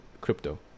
crypto